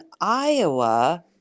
iowa